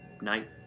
night